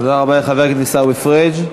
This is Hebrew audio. תודה רבה לחבר הכנסת עיסאווי פריג'.